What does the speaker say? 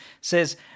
Says